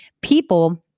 people